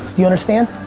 you understand?